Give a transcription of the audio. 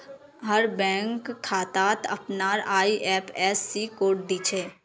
हर bank खातात अपनार IFSC code दि छे